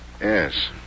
Yes